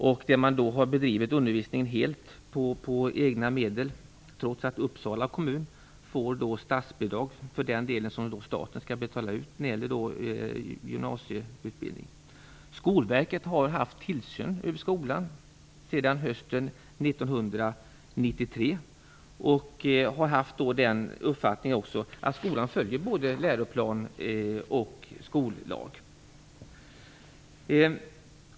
Undervisningen har helt bedrivits med egna medel, trots att Uppsala kommun får statsbidrag för den del som staten skall betala ut när det gäller gymnasiedelen. Skolverket har haft tillsynsansvar för skolan sedan hösten 1993 och har haft uppfattningen att skolan följer både läroplan och skollag.